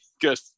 Good